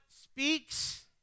speaks